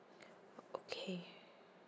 okay